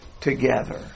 together